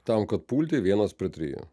tam kad pulti vienas prie trijų